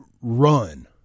Run